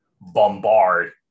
bombard